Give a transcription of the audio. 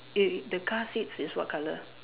eh the car seats is what colour